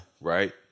Right